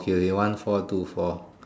okay okay one four two four